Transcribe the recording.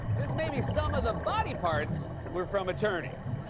just maybe, some of the body parts were from attorneys.